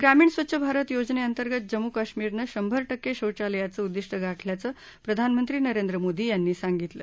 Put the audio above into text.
ग्रामीण स्वच्छ भारत योजनेअंतर्गत जम्मू कश्मीरनं शंभर टक्के शौचालयांचं उद्दिष्ट गाठल्याचं प्रधानमंत्री नरेंद्र मोदी यांनी सांगितलं